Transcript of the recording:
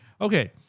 Okay